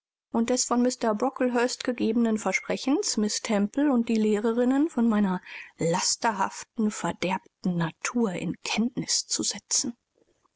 und des von mr brocklehurst gegebenen versprechens miß temple und die lehrerinnen von meiner lasterhaften verderbten natur in kenntnis zu setzen